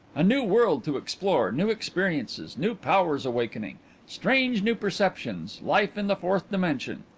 a new world to explore, new experiences, new powers awakening strange new perceptions life in the fourth dimension.